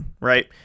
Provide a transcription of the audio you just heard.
right